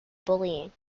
bullying